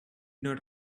not